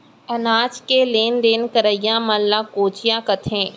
अनाज के लेन देन करइया मन ल कोंचिया कथें